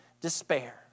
despair